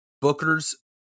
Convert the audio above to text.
Booker's